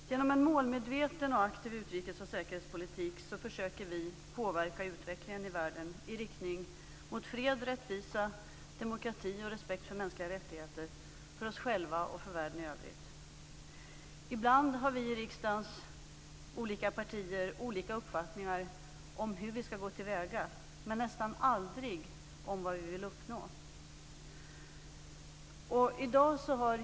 Fru talman! Genom en målmedveten och aktiv utrikes och säkerhetspolitik försöker vi påverka utvecklingen i världen i riktning mot fred, rättvisa, demokrati och respekt för mänskliga rättigheter för oss själva och för världen i övrigt. Ibland har vi i riksdagens olika partier olika uppfattningar om hur vi skall gå till väga, men nästan aldrig om vad vi vill uppnå.